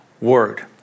word